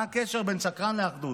מה הקשר בין שקרן לאחדות?